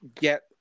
get